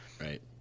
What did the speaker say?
Right